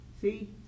see